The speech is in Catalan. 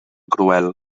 cruel